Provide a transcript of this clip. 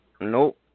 nope